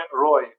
Roy